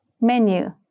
Menu